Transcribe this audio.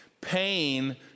pain